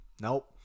Nope